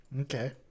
Okay